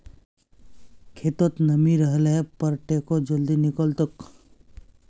खेतत नमी रहले पर टेको जल्दी निकलतोक